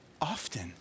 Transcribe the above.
often